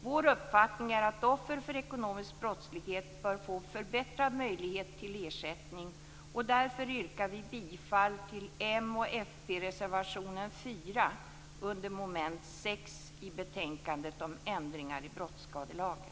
Vår uppfattning är att offer för ekonomisk brottslighet bör få förbättrad möjlighet till ersättning, och därför yrkar vi bifall till m och fp-reservationen 4 under mom. 6 i betänkandet Ändringar i brottsskadelagen.